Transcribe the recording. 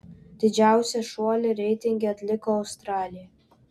didžiausią šuolį reitinge atliko australija